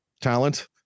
talent